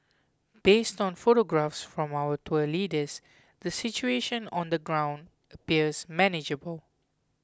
based on photographs from our tour leaders the situation on the ground appears manageable